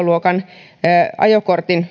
luokan ajokortin